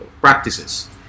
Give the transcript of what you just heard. practices